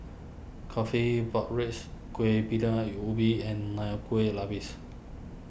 Coffee Pork Ribs Kueh Ubi and Nonya Kueh Lapis